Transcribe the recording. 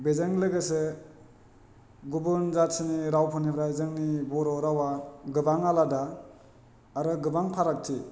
बेजों लोगोसे गुबुन जातिनि रावफोरनिफ्राय जोंनि बर' रावा गोबां आलादा आरो गोबां फारागथि